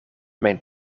mijn